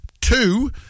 two